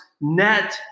net